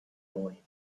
boy